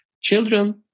children